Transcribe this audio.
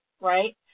right